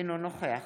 אינו נוכח